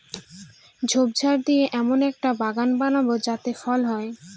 ঝোপঝাড় দিয়ে এমন একটা বাগান বানাবো যাতে ফল হয়